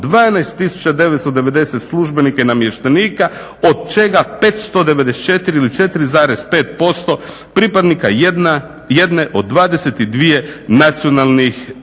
12 990 službenika i namještenika od čega 594 ili 4,5% pripadnika jedne od 22 nacionalnih manjine